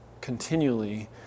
continually